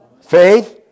faith